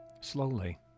slowly